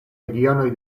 regionoj